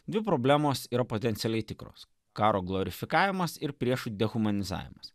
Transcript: dvi problemos yra potencialiai tikros karo glorfikavimas ir prieš dehumanizavimas